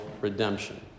redemption